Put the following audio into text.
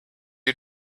you